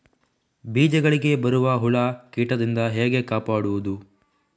ಬೀಜಗಳಿಗೆ ಬರುವ ಹುಳ, ಕೀಟದಿಂದ ಹೇಗೆ ಕಾಪಾಡುವುದು?